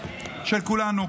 של כולנו,